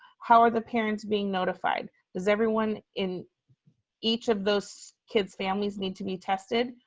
how are the parents being notified? does everyone in each of those kids' families need to be tested?